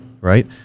Right